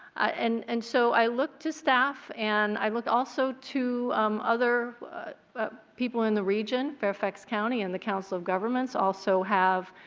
and and so i look to staff and i look also to other people in the region, fairfax county and the council of governments also have